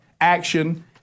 Action